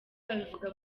babivuga